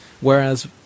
whereas